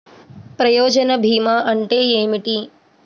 ప్రయోజన భీమా అంటే ఏమిటి?